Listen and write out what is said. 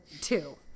two